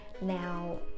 now